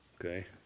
Okay